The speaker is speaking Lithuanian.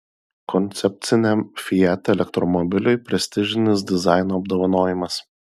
koncepciniam fiat elektromobiliui prestižinis dizaino apdovanojimas